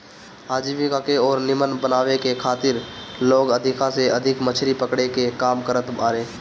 आजीविका के अउरी नीमन बनावे के खातिर लोग अधिका से अधिका मछरी पकड़े के काम करत बारे